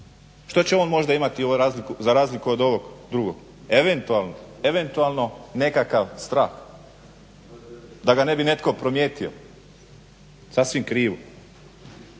Što će on možda imati za razliku od ovog drugog, eventualno nekakav strah da ga ne bi netko primijetio. Sasvim krivo.